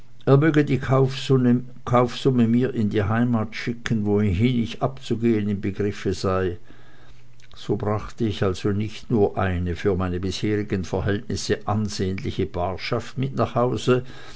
die kaufsumme mir in die heimat schicken wohin ich abzugehen im begriffe sei so brachte ich also nicht nur eine für meine bisherigen verhältnisse ansehnliche barschaft mit nach hause